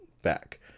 back